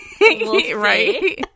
Right